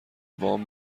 وام